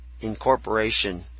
Incorporation